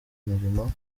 mirimo